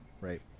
right